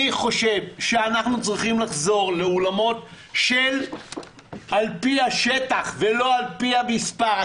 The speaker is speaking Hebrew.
אני חושב שאנחנו צריכים לחזור לאולמות על פי השטח ולא על פי המספר.